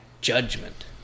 judgment